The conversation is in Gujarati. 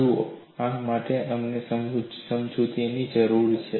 જુઓ આ માટે અમને સમજૂતીની જરૂર છે